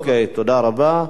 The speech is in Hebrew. אוקיי, תודה רבה.